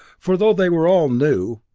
for though they were all new,